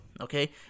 okay